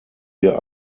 wir